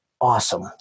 awesome